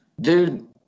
Dude